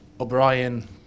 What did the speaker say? O'Brien